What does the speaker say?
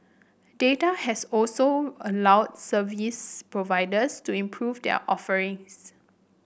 data has also allowed service providers to improve their offerings